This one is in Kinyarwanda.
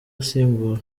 asimbura